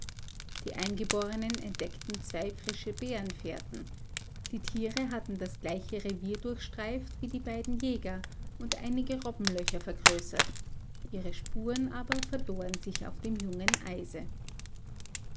die eingeborenen entdeckten zwei frische bärenfährten die tiere hatten das gleiche revier durchstreift wie die beiden jäger und einige robbenlöcher vergrößert ihre spuren aber verloren sich auf dem jungen eise